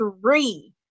three